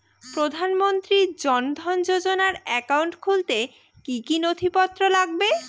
প্রধানমন্ত্রী জন ধন যোজনার একাউন্ট খুলতে কি কি নথিপত্র লাগবে?